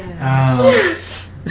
Yes